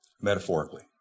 metaphorically